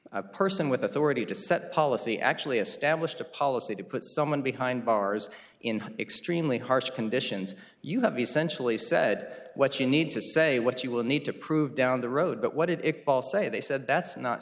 a person with authority to set policy actually established a policy to put someone behind bars in extremely harsh conditions you have essentially said what you need to say what you will need to prove down the road but what did it paul say they said that's not